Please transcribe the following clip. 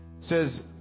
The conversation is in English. says